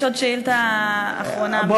יש עוד שאילתה אחרונה,